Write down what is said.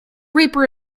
reaper